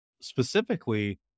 specifically